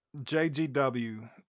JGW